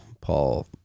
Paul